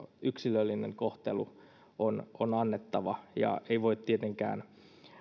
yksilöllinen kohtelu on on annettava ei voi tietenkään